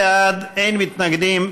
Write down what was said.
20 בעד, אין מתנגדים,